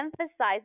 emphasize